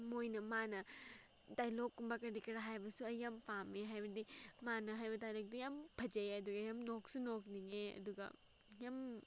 ꯃꯣꯏꯅ ꯃꯥꯅ ꯗꯥꯏꯂꯣꯛꯀꯨꯝꯕ ꯀꯔꯤ ꯀꯔꯥ ꯍꯥꯏꯕꯁꯨ ꯑꯩ ꯌꯥꯝ ꯄꯥꯝꯃꯦ ꯍꯥꯏꯕꯗꯤ ꯃꯥꯅ ꯍꯥꯏꯕ ꯗꯥꯏꯂꯣꯛꯇꯣ ꯌꯥꯝ ꯐꯖꯩ ꯑꯗꯨꯒꯤ ꯅꯣꯛꯁꯨ ꯅꯣꯛꯅꯤꯡꯉꯦ ꯑꯗꯨꯒ ꯌꯥꯝ